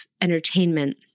entertainment